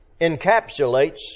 encapsulates